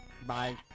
Bye